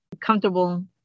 comfortable